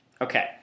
Okay